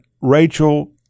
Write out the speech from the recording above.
Rachel